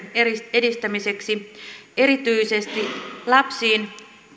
edistämiseksi erityisesti lapsiin